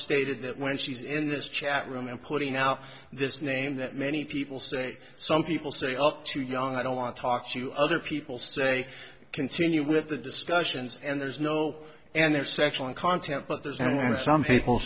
stated that when she's in this chat room and putting out this name that many people say some people say up to young i don't want to talk to other people say continue with the discussions and there's no and there sexual content but there's going to some people